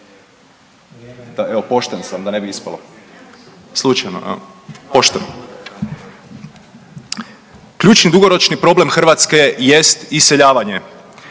evo pošten sam da ne bi ispalo, slučajno jel, pošteno. Ključni i dugoročni problem Hrvatske jest iseljavanje.